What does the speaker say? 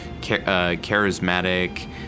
charismatic